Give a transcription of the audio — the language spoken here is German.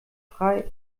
frei